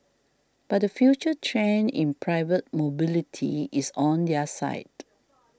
but the future trend in private mobility is on their side